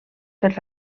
per